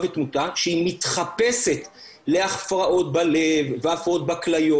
ותמותה שהיא מתחפשת להפרעות בלב ולהפרעות בכליות,